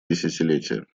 десятилетия